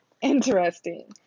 Interesting